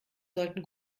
sollten